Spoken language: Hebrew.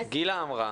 גילה אמרה